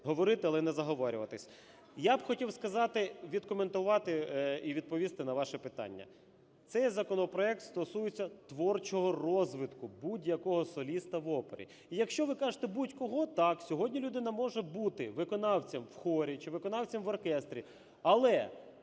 говорити, але не заговорюватись. Я б хотів сказати, відкоментувати і відповісти на ваше питання. Цей законопроект стосується творчого розвитку будь-якого соліста в опері. І якщо ви кажете, будь-кого, так, сьогодні людина може бути виконавцем у хорі чи виконавцем в оркестрі, але